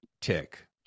tick